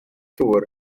dŵr